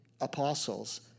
apostles